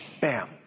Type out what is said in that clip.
bam